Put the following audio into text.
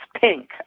pink